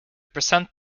present